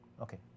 Okay